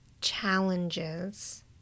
challenges